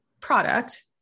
product